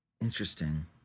Interesting